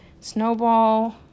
Snowball